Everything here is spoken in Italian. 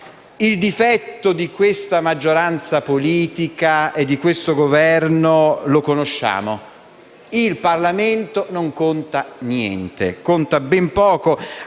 Il difetto di questa maggioranza politica e di questo Governo lo conosciamo: il Parlamento non conta niente o conta ben poco.